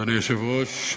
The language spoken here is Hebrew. אדוני היושב-ראש,